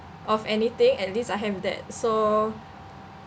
of anything at least I have that so